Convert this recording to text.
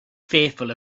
fearful